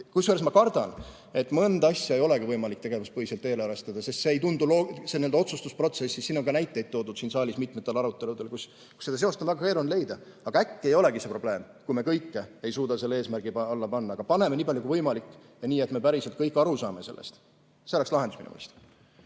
Kusjuures ma kardan, et mõnda asja ei olegi võimalik tegevuspõhiselt eelarvestada, sest see ei tundu loogiline otsustusprotsessis. Siin saalis on ka toodud mitmetel aruteludel näiteid, kus seda seost on väga keeruline leida. Äkki ei olegi see probleem, kui me kõike ei suuda selle eesmärgi alla panna. Aga paneme nii palju kui võimalik ja nii, et me päriselt kõik aru saame sellest. See oleks lahendus minu meelest.